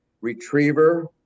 Retriever